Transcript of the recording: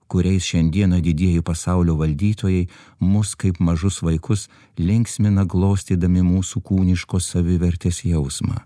kuriais šiandieną didieji pasaulio valdytojai mus kaip mažus vaikus linksmina glostydami mūsų kūniškos savivertės jausmą